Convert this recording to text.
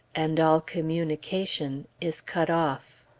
and all communication is cut off.